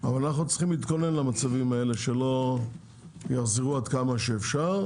אבל אנחנו צריכים להתכונן למצבים האלה ושלא יחזרו עד כמה שאפשר.